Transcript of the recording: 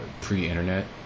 pre-internet